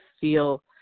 feel